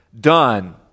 done